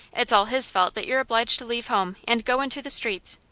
it's all his fault that you're obliged to leave home, and go into the streets.